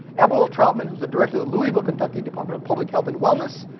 abewale troutman, who is the director of the louisville kentucky department of public health and wellness,